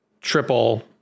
triple